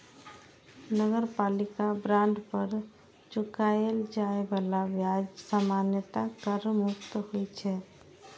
नगरपालिका बांड पर चुकाएल जाए बला ब्याज सामान्यतः कर मुक्त होइ छै